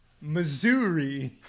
Missouri